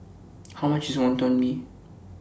How much IS Wantan Mee